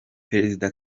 perezida